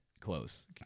Close